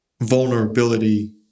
Vulnerability